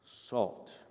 salt